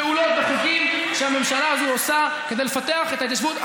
פעולות וחוקים שהממשלה הזאת עושה כדי לפתח את ההתיישבות,